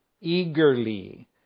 eagerly